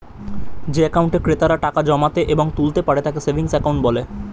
যে অ্যাকাউন্টে ক্রেতারা টাকা জমাতে এবং তুলতে পারে তাকে সেভিংস অ্যাকাউন্ট বলে